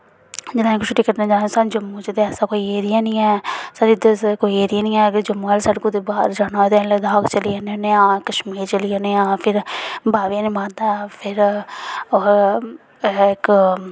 जेल्लै छुट्टियां कट्टन जाना होऐ सानूं जम्मू च ते ऐसा कोई एरिया निं ऐ साढ़े इद्धर कोई एरिया निं ऐ कि जम्मू आह्ली साइड कुदै बाह्र जाना होऐ ते अस लद्दाख चली जन्ने होने आं कश्मीर चली जन्ने आं फिर बाह्वे आह्ली माता फिर इक